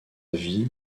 vie